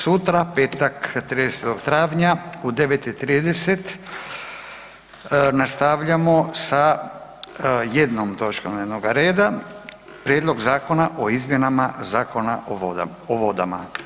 Sutra, petak, 30. travnja, u 9 i 30 nastavljamo sa jednom točkom dnevnoga reda, Prijedlog zakona o izmjenama Zakona o vodama.